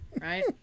Right